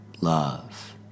Love